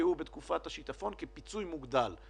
שנפגעו בתקופת השיטפון כפיצוי מוגדל.